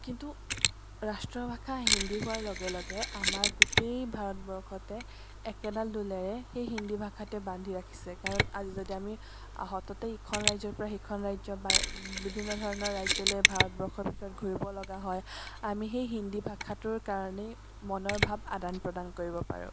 কিন্তু ৰাষ্ট্ৰ ভাষা হিন্দী হোৱাৰ লগে লগে আমাৰ গোটেই ভাৰতবৰ্ষতে একেডাল দোলেৰে সেই হিন্দী ভাষাটোৱে বান্ধি ৰাখিছে কাৰণ আজি যদি আমি সততে ইখন ৰাজ্যৰপৰা সিখন ৰাজ্য বা বিভিন্ন ধৰণৰ ৰাজ্যলৈ ভাৰতবৰ্ষৰ ভিতৰত ঘূৰিব লগা হয় আমি সেই হিন্দী ভাষাটোৰ কাৰণেই মনৰ ভাৱ আদান প্ৰদান কৰিব পাৰোঁ